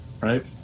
right